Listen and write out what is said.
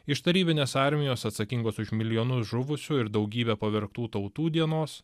iš tarybinės armijos atsakingos už milijonus žuvusių ir daugybę pavergtų tautų dienos